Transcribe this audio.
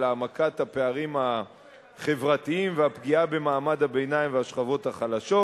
על העמקת הפערים החברתיים והפגיעה במעמד הביניים והשכבות החלשות.